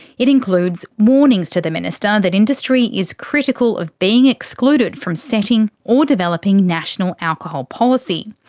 it includes warnings to the minister that industry is critical of being excluded from setting or developing national alcohol policy.